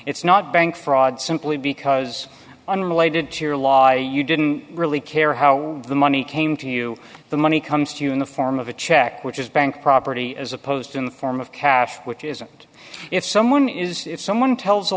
it's not bank fraud simply because unrelated to your lawyer you didn't really care how the money came to you the money comes to you in the form of a check which is bank property as opposed in the form of cash which isn't if someone is if someone tells a